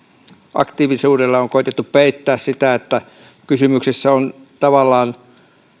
aktiivisuudella on koetettu peittää sitä että kysymyksessä on tavallaan